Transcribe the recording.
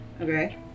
Okay